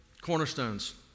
cornerstones